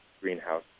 greenhouse